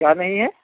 क्या नहीं है